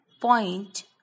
point